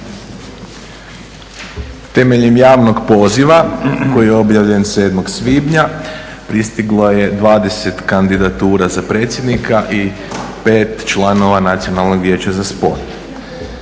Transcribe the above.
Temeljem javnog poziva koji je objavljen 7. svibnja pristiglo je 20 kandidatura za predsjednika i 5 članova Nacionalnog vijeća za sport.